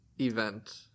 event